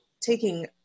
taking